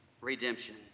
redemption